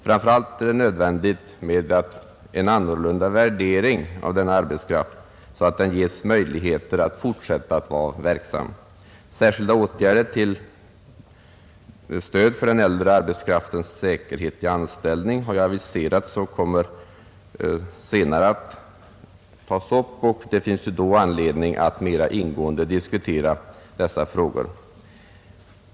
Framför allt är det nödvändigt med en annorlunda värdering av denna arbetskraft så att den ges möjligheter att fortsätta att vara verksam. Särskilda åtgärder till stöd för den äldre arbetskraftens säkerhet i anställning har ju aviserats och kommer senare att tas upp, och det finns då anledning att mera ingående diskutera dessa frågor.